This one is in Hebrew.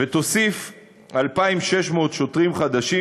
ותוסיף 2,600 שוטרים חדשים,